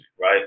right